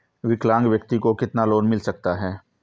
विकलांग व्यक्ति को कितना लोंन मिल सकता है?